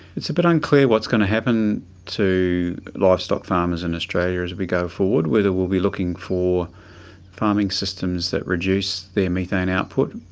it's a bit unclear what's going to happen to livestock farmers in australia as we go forward, whether we'll be looking for farming systems that reduce their methane output,